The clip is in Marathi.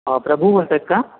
प्रभू बोलत आहेत का